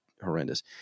horrendous